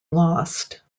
lost